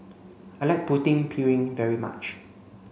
I like Putu Piring very much